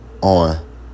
on